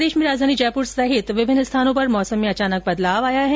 प्रदेश में राजधानी जयपुर सहित विभिन्न स्थानों पर मौसम में अचानक बदलाव आया है